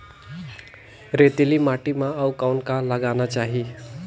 रेतीली माटी म अउ कौन का लगाना चाही?